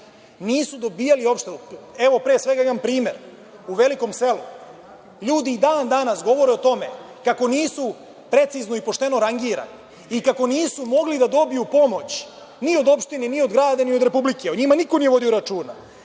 nisu dobijali… Imam primer. U Velikom selu ljudi i dan danas govore o tome kako nisu precizno i pošteno rangirani i kako nisu mogli da dobiju pomoć ni od opštine, ni od grada, ni od Republike. O njima niko nije vodio računa.